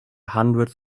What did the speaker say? hundreds